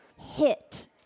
hit